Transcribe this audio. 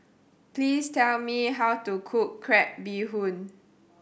please tell me how to cook crab bee hoon